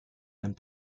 and